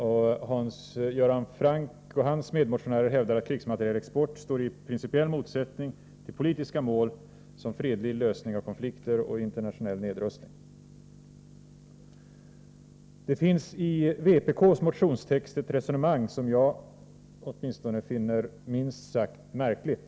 Och Hans Göran Franck och hans medmotionärer hävdar att krigsmaterielexport står i principiell motsättning till politiska mål som fredlig lösning av konflikter och internationell nedrustning. Det finns i vpk:s motionstext ett resonemang som åtminstone jag finner minst sagt märkligt.